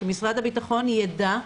שמשרד הבטחון יידע להשתמש,